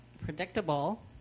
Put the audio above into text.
Predictable